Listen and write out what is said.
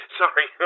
sorry